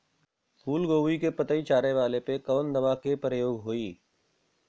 फूलगोभी के पतई चारे वाला पे कवन दवा के प्रयोग होई?